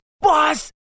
Boss